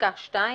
בפסקה (2),